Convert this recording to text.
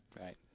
Right